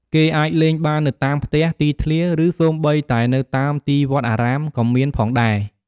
គេអាចលេងបាននៅតាមផ្ទះ ទីធ្លា ឬសូម្បីតែនៅតាមទីវត្តអារាមក៏មានផងដែរ។